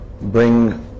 bring